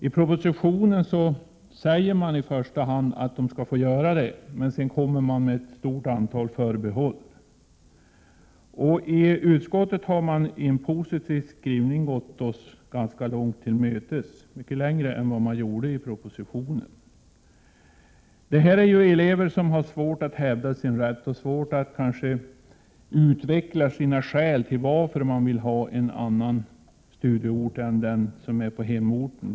I propositionen sägs i första hand att de skall få göra det, men sedan görs ett stort antal förbehåll. Utskottet har i en positiv skrivning gått oss ganska långt till mötes, mycket längre än regeringen gjort i propositionen. Det här är elever som har svårt att hävda sin rätt och svårt att utveckla sina skäl till att de vill ha en annan studieort än hemorten.